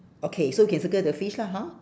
okay so can circle the fish lah hor